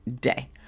day